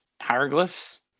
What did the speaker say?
hieroglyphs